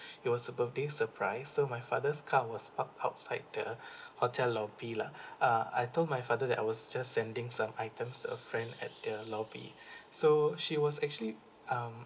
it was a birthday surprise so my father's car was parked outside the hotel lobby lah uh I told my father that I was just sending some items to a friend at the lobby so she was actually um